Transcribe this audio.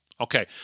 Okay